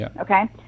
Okay